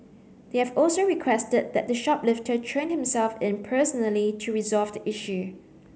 they have also requested that the shoplifter turn himself in personally to resolve the issue